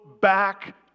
back